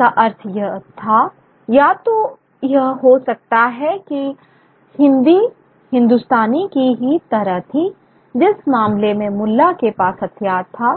इसका अर्थ या तो यह हो सकता है कि हिंदी हिंदुस्तानी की ही तरह थी जिस मामले में मुल्ला के पास हथियार था